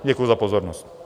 Děkuji za pozornost.